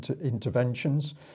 interventions